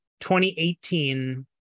2018